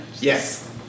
Yes